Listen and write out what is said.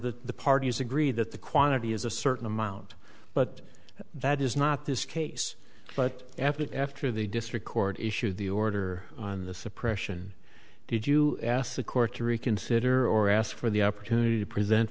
where the parties agree that the quantity is a certain amount but that is not this case but after that after the district court issued the order on the suppression did you ask the court to reconsider or ask for the opportunity to present